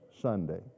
Sunday